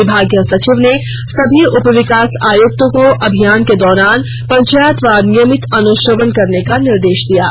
विभागीय सचिव ने सभी उपविकास आयुक्तों को अभियान के दौराना पंचायतवार नियमित अनुश्रवण करने का निर्देश दिया है